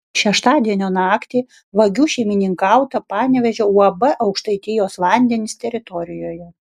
šeštadienio naktį vagių šeimininkauta panevėžio uab aukštaitijos vandenys teritorijoje